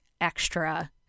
extra